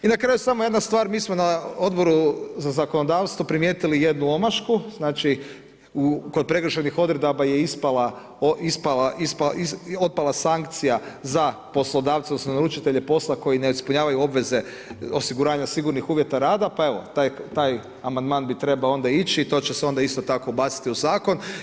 I na kraju samo jedna stvar, mi smo na Odboru za zakonodavstvo primjetili jednu omašku, znači kod prekršajnih odredaba je otpala sankcija za poslodavca, odnosno naručitelje posla koji ne ispunjavaju obveze osiguranja sigurnih uvjeta rada, pa evo, taj amandman bi trebao onda ići i to će se onda isto tako ubaciti u zakon.